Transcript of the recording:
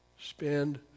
Spend